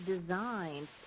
designed